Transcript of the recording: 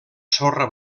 sorra